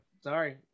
Sorry